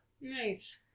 Nice